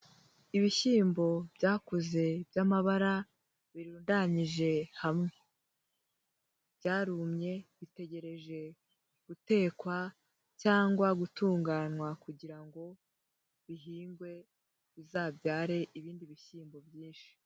Ibishyimbo byakuze by'amabara, birundanyije hamwe. Byarumye bitegereje gutekwa cyangwa gutunganywa, kugira ngo bihingwe bizabyare ibindi bishyimbo byinshi.